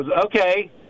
Okay